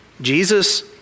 Jesus